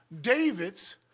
David's